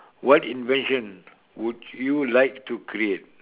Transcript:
what invention would you like to create